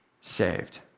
saved